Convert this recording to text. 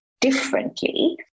differently